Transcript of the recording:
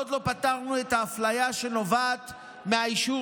עוד לא פתרנו את האפליה שנובעת מהאישור